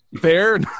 Fair